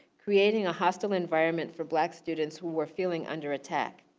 creating a hostile environment for black students who were feeling under attack.